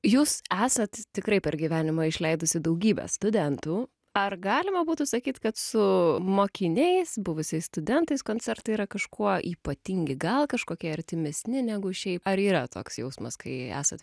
jūs esat tikrai per gyvenimą išleidusi daugybę studentų ar galima būtų sakyt kad su mokiniais buvusiais studentais koncertai yra kažkuo ypatingi gal kažkokie artimesni negu šiaip ar yra toks jausmas kai esat